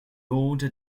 order